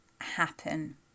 happen